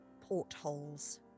portholes